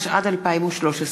התשע"ד 2013,